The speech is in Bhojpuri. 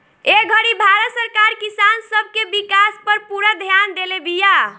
ए घड़ी भारत सरकार किसान सब के विकास पर पूरा ध्यान देले बिया